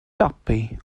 tuppy